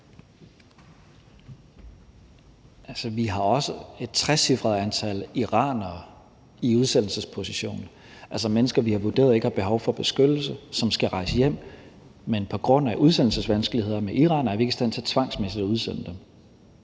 Vi har også et trecifret antal iranere i udsendelsesposition, altså mennesker, vi har vurderet ikke har behov for beskyttelse, som skal rejse hjem, men på grund af udsendelsesvanskeligheder med Iran er vi ikke i stand til tvangsmæssigt at udsende dem.